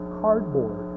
cardboard